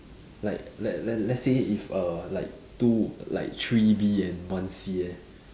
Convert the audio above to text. like let let let's say if err like two like three B and one C eh